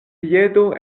piedo